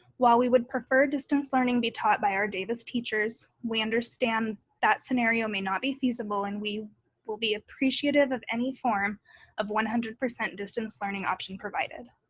while we would prefer distance learning be taught by our davis teachers, we understand that scenario may not be feasible. and we will be appreciative of any form of one hundred percent distance learning option provided.